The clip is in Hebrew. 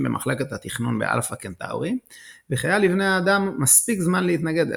במחלקת התכנון באלפא קנטאורי וכי היה לבני האדם מספיק זמן להתנגד אליה.